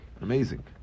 Amazing